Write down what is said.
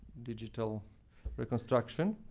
digital reconstruction.